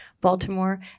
Baltimore